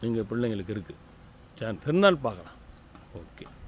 எங்கள் பிள்ளைங்களுக்கு இருக்கு தெ திருநாள் பார்க்கலாம் ஓகே